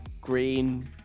green